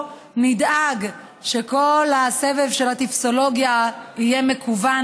נדאג שכל הסבב של הטופסולוגיה יהיה מקוון,